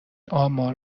آمار